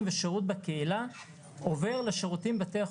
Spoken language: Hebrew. ושירות בקהילה עובר לשירותים בבתי החולים,